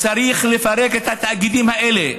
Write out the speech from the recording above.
צריך לפרק את התאגידים האלה.